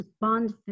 bond